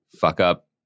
fuck-up